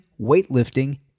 weightlifting